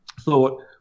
thought